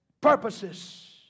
purposes